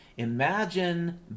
Imagine